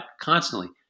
constantly